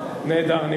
בגלל החוק הזה.